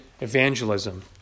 evangelism